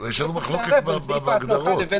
יש לנו מחלוקת בהגדרות.